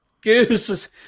Goose